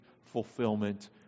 fulfillment